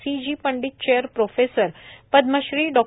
C G Pandit chair professor Padmashri Dr